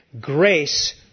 Grace